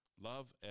love